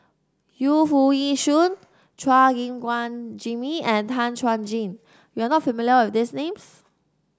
Yu Foo Yee Shoon Chua Gim Guan Jimmy and Tan Chuan Jin you are not familiar with these names